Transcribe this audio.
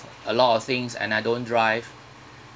a lot of things and I don't drive